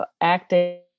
acting